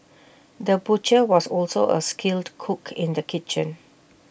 the butcher was also A skilled cook in the kitchen